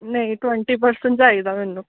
ਨਹੀਂ twenty percent ਚਾਹੀਦਾ ਮੈਨੂੰ